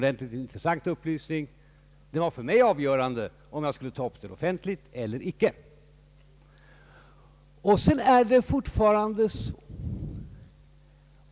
Detta var för mig avgörande för om jag skulle ta upp denna fråga offentligt eller icke.